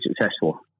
successful